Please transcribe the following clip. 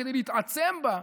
כדי להתעצם בה,